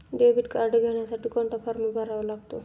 Debit card घेण्यासाठी कोणता form भरावा लागतो?